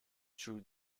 through